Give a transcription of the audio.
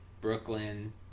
Brooklyn